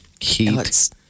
heat